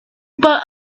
but